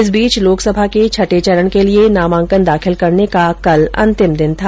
इस बीच लोकसभा के छठे चरण के लिए नामांकन दाखिल करने का कल अंतिम दिन था